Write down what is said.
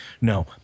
No